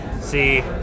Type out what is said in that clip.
See